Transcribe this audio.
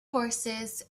horses